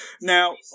Now